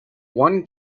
one